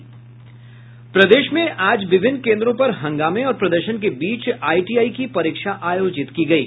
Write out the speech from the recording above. प्रदेश में आज विभिन्न केन्द्रों पर हंगामे और प्रदर्शन के बीच आई टी आई की परीक्षा आयोजित की गयी